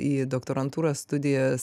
į doktorantūros studijas